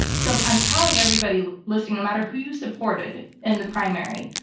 so i'm i'm telling everybody listening, no matter who you supported in the primary,